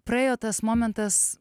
praėjo tas momentas